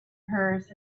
hers